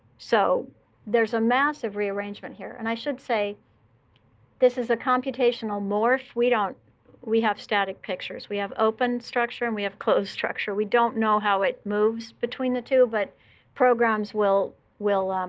so there's a massive rearrangement here. and i should say this is a computational morph. we don't we have static pictures. we have open structure, and we have closed structure. we don't know how it moves between the two, but programs will will